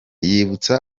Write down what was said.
yibutsa